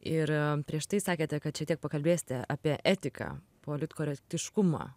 ir prieš tai sakėte kad šiek tiek pakalbėsite apie etiką politkorektiškumą